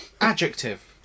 Adjective